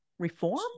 Reform